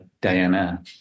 Diana